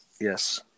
Yes